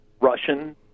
Russian